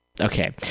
Okay